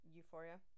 Euphoria